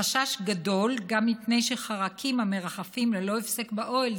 החשש גדול גם מפני שחרקים המרחפים ללא הפסק באוהל,